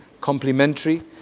complementary